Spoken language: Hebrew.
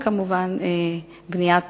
היא כמובן בניית